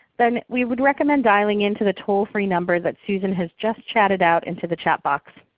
then we would recommend dialing in to the toll-free number that susan has just chatted out into the chat box.